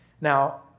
Now